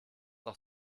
auch